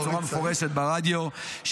הוא אמר במפורש, הוא עלה ואמר בצורה מפורשת ברדיו.